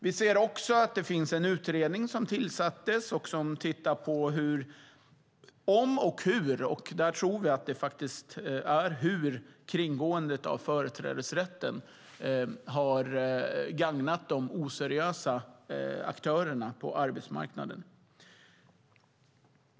Vi ser också att det finns en utredning som tillsattes och som tittar på om och hur - där tror vi faktiskt att det är "hur" - kringgåendet av företrädesrätten har gagnat de oseriösa aktörerna på arbetsmarknaden.